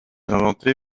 inventé